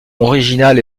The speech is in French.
original